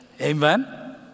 Amen